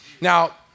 Now